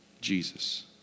Jesus